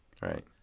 right